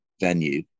venue